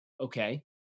Okay